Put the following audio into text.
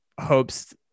hopes